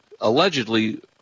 allegedly